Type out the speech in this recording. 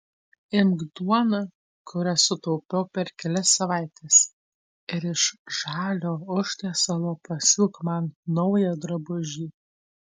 imk duoną kurią sutaupiau per kelias savaites ir iš žalio užtiesalo pasiūk man naują drabužį